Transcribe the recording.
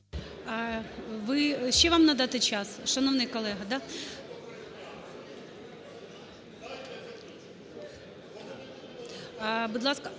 Ще вам надати час, шановний колега?